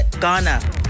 Ghana